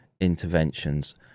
interventions